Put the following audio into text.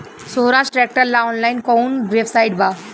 सोहराज tractor ला online कोउन website बा?